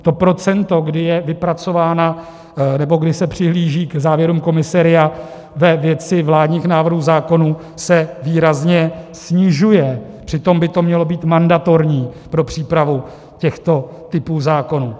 To procento, kdy je vypracována nebo kdy se přihlíží k závěrům komise RIA ve věci vládních návrhů zákonů, se výrazně snižuje, přitom by to mělo být mandatorní pro přípravu těchto typů zákonů.